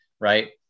right